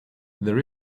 there